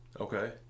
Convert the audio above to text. Okay